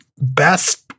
best